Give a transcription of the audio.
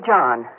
John